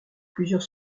plusieurs